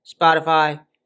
Spotify